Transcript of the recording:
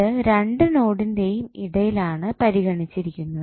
ഇത് രണ്ടു നോഡിൻ്റെയും ഇടയിൽ ആണ് പരിഗണിച്ചിരിക്കുന്നത്